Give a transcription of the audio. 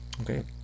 Okay